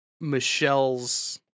Michelle's